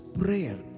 prayer